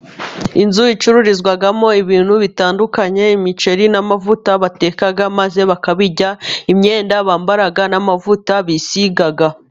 Inzu icururizwamo ibintu bitandukanye, imiceri n'amavuta bateka maze bakabirya, imyenda bambara n'amavuta bisiga.